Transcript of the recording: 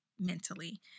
mentally